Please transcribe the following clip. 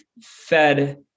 fed